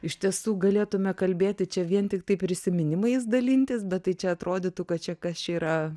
iš tiesų galėtume kalbėti čia vien tiktai prisiminimais dalintis bet tai čia atrodytų kad čia kas čia yra